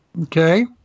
Okay